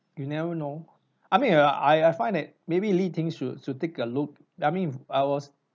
you never know I mean uh I I find that maybe li ting should should take a look I mean I was